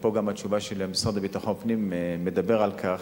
ופה גם התשובה של המשרד לביטחון פנים מדברת על כך.